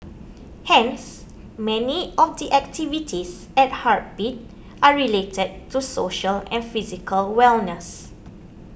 hence many of the activities at Heartbeat are related to social and physical wellness